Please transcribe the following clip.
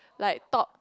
like top